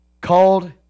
called